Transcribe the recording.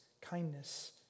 kindness